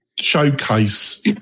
showcase